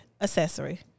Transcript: accessory